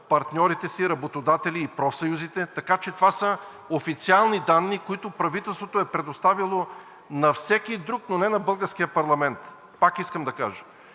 партньорите си, работодателите и профсъюзите, така че това са официални данни, които правителството е предоставило на всеки друг, но не на българския парламент – пак искам да кажа.